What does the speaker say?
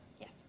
Yes